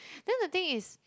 then the thing is